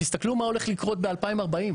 תסתכלו מה הולך לקרות ב-2040,